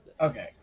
Okay